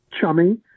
chummy